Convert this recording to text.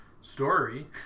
story